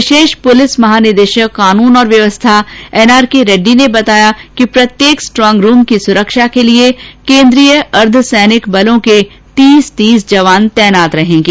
विशेष police महानिदेशक कानून और व्यवस्था एनआरके रेड़डी ने बताया कि प्रत्येक स्ट्रॉगरूम की सुरक्षा के लिए केंद्रीय अर्द्वसैनिक बलों के तीस जवान तैनात रहेंगे